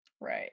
Right